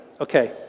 Okay